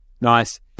Nice